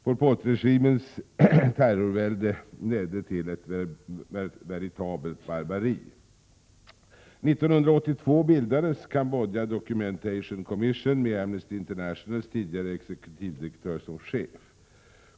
Pol Pot-regimens terrorvälde ledde till ett veritabelt barbari. År 1982 bildades Cambodja Document Commission med Amnesty Internationals tidigare exekutivdirektör som chef.